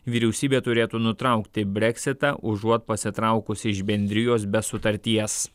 vyriausybė turėtų nutraukti breksitą užuot pasitraukusi iš bendrijos be sutarties